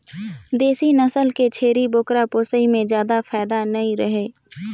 देसी नसल के छेरी बोकरा पोसई में जादा फायदा नइ रहें